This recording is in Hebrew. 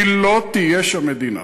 כי לא תהיה שם מדינה.